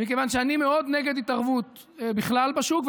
מכיוון שאני מאוד נגד התערבות בכלל בשוק,